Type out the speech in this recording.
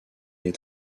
des